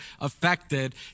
affected